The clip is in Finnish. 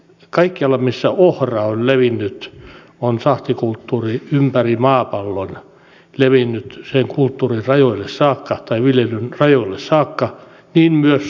kaikkialla missä ohra on levinnyt on sahtikulttuuri ympäri maapallon levinnyt sen viljelyn rajoille saakka niin myös suomessa